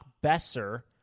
Besser